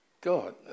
God